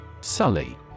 Sully